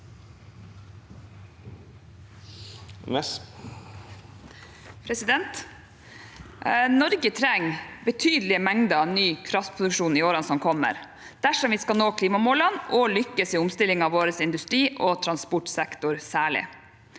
Norge trenger betydelige mengder ny kraftproduksjon i årene som kommer, dersom vi skal nå klimamålene og lykkes i omstillingen vår i særlig industriog transportsektoren.